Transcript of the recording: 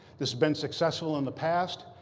this been successful in the past.